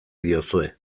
diozue